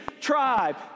tribe